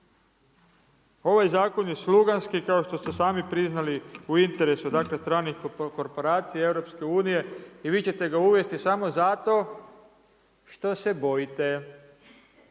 Ovaj zakon je sluganski, kao što ste sami priznali u interesu, dakle stranih korporacija i EU, i vi ćete ga uvesti samo zato, što se bojite.